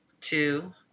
two